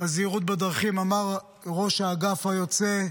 הזהירות בדרכים אמר ראש האגף היוצא: